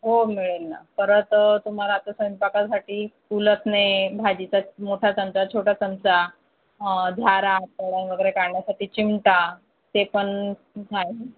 हो मिळेल ना परत तुम्हाला आता स्वयंपाकासाठी उलथणे भाजीचा मोठा चमचा छोटा चमचा झारा तळण वगैरे काढण्यासाठी चिमटा ते पण आहे